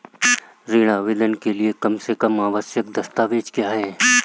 ऋण आवेदन के लिए कम से कम आवश्यक दस्तावेज़ क्या हैं?